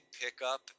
pickup